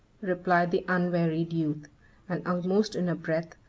replied the unwearied youth and, almost in a breath,